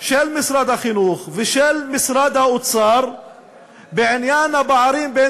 של משרד החינוך ושל משרד האוצר בעניין הפערים בין